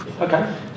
Okay